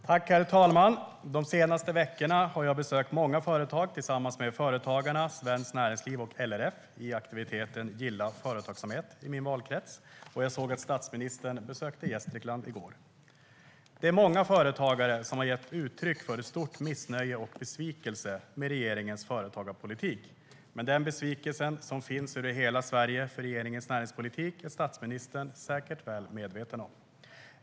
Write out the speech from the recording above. Herr talman! De senaste veckorna har jag besökt många företag tillsammans med Företagarna, Svenskt Näringsliv och LRF i aktiviteten Gilla företagsamhet i min valkrets. Jag såg att statsministern besökte Gästrikland i går. Det är många företagare som har gett uttryck för stort missnöje och besvikelse med regeringens företagarpolitik. Den besvikelse som finns över hela Sverige över regeringens näringspolitik är statsministern säkert väl medveten om.